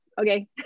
Okay